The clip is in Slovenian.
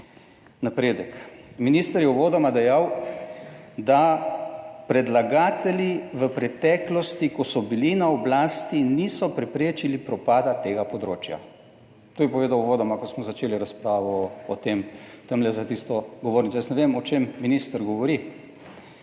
Napredek. Minister je uvodoma dejal, da predlagatelji v preteklosti, ko so bili na oblasti, niso preprečili propada tega področja. To bi povedal uvodoma, ko smo začeli razpravo o tem, tamle za tisto govornico. Jaz ne vem o čem minister govori.